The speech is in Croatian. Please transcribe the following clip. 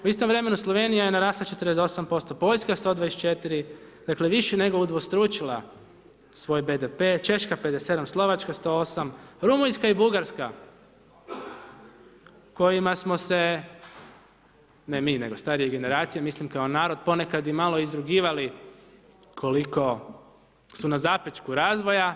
U istom vremenu Slovenija je narasla 48%, Poljska 124, dakle više nego udvostručila svoj BDP, Češka 57, Slovačka 108, Rumunjska i Bugarska kojima smo se, ne mi nego starije generacije, mislim kao narod ponekad i malo izrugivali koliko su na zapećku razvoja.